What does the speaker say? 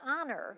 honor